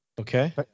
Okay